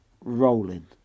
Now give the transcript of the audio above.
rolling